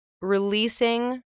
releasing